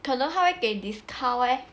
可能他会给 discount eh